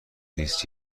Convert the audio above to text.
نیست